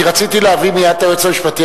כי רציתי להביא מייד את היועץ המשפטי,